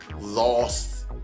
lost